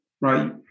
right